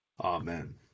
Amen